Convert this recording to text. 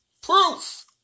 proof